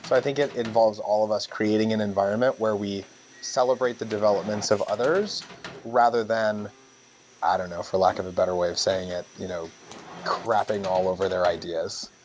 so i think it involves all of us creating an environment where we celebrate the developments of others rather than i don't know for lack of a better way of saying it, you know crapping all over their ideas.